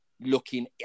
looking